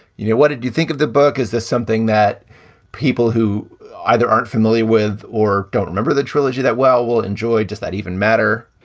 you know what did you think of the book? is this something that people who either aren't familiar with or don't remember the trilogy that well will enjoy? does that even matter?